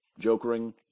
jokering